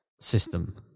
system